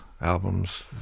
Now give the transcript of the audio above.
albums